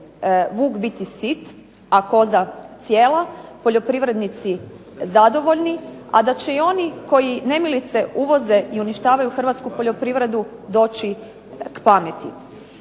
vuk biti sit, a koza cijela, a poljoprivrednici zadovoljni a da će oni koji nemilice uvoze i uništavaju Hrvatsku poljoprivredu doći k pameti.